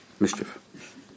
Mischief